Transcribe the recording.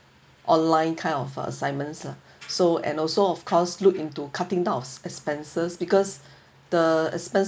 online kind of assignments lah so and also of course look into cutting down of expenses because the expenses